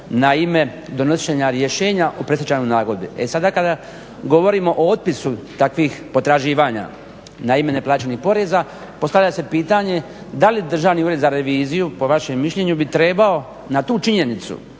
na ime donošenja rješenja o predstečajnoj nagodbi. E sada kada govorimo o otpisu takvih potraživanja na ime neplaćenih poreza, postavlja se pitanje da li Državni ured za reviziju po vašem mišljenju bi trebao na tu činjenicu